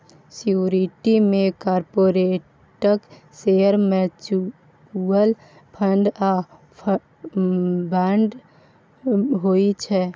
security मे कारपोरेटक share, mutual fund आ बांड होइ छै